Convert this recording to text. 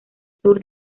sur